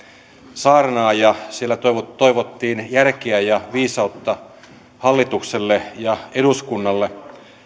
saarnaa ja siellä toivottiin järkeä ja viisautta hallitukselle ja eduskunnalle